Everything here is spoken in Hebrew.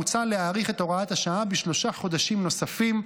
מוצע להאריך את הוראת השעה בשלושה חודשים נוספים,